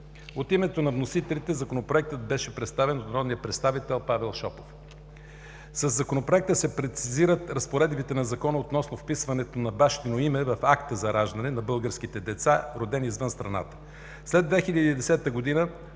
От името на вносителите Законопроектът беше представен от народния представител Павел Шопов. Със Законопроекта се прецизират разпоредбите на Закона относно вписването на бащино име в акта за раждане на българските деца, родени извън страната. След 2010 г.,